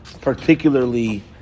Particularly